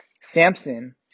Samson